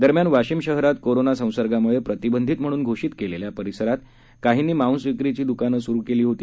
दरम्यान वाशीम शहरात कोरोना संसर्गाम्ळे प्रतिबंधित म्हणून घोषित केलेल्या परीसरात काहींनी मांसविक्रीची द्कानं स्रु केली होती